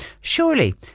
Surely